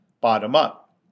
bottom-up